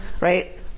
right